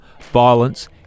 violence